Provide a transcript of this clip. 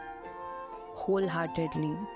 wholeheartedly